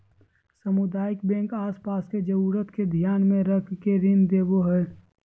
सामुदायिक बैंक आस पास के जरूरत के ध्यान मे रख के ऋण देवो हय